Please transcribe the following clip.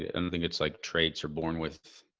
and think it's like traits are born with